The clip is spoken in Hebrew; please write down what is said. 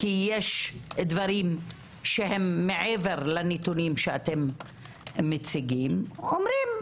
כי יש דברים שהם מעבר לנתונים שאתם מציגים, אומרים